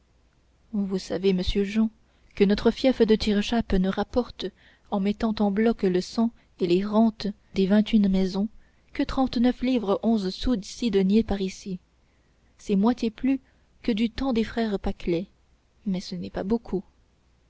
vous savez monsieur jehan que notre fief de tirechappe ne rapporte en mettant en bloc le cens et les rentes des vingt une maisons que trente-neuf livres onze sous six deniers parisis c'est moitié plus que du temps des frères paclet mais ce n'est pas beaucoup